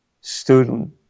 Student